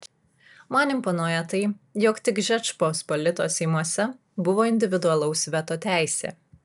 man imponuoja tai jog tik žečpospolitos seimuose buvo individualaus veto teisė